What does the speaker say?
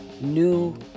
new